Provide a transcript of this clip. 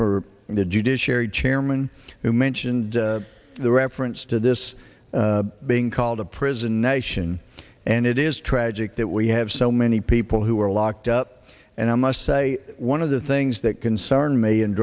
for the judiciary chairman you mentioned the reference to this being called a prison nation and it is tragic that we have so many people who are locked up and i must say one of the things that concern me and